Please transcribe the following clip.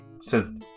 says